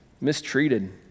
mistreated